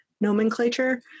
nomenclature